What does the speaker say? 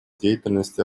деятельности